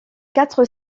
quatre